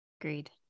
Agreed